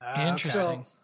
Interesting